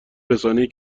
رسانهای